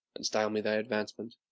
and style me thy advancement.